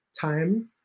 time